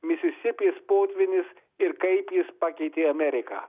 misisipės potvynis ir kaip jis pakeitė ameriką